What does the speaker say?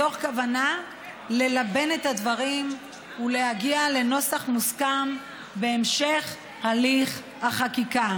מתוך כוונה ללבן את הדברים ולהגיע לנוסח מוסכם בהמשך הליך החקיקה.